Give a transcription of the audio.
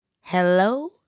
Hello